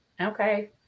Okay